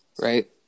Right